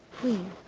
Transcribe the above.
queen.